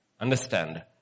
Understand